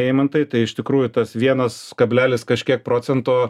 eimantai tai iš tikrųjų tas vienas kablelis kažkiek procento